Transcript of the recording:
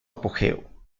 apogeo